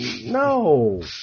No